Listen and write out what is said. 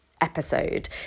episode